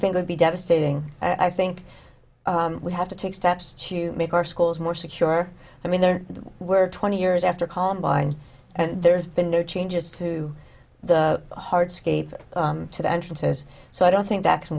think would be devastating i think we have to take steps to make our schools more secure i mean there were twenty years after columbine and there's been no changes to the hard scape to the entrances so i don't think that can